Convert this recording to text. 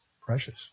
precious